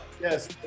Yes